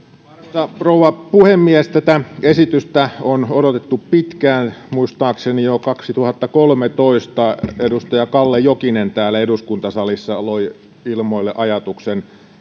arvoisa rouva puhemies tätä esitystä on odotettu pitkään muistaakseni jo kaksituhattakolmetoista edustaja kalle jokinen täällä eduskuntasalissa loi ilmoille ajatuksen